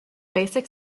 basic